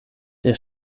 der